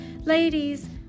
Ladies